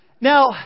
Now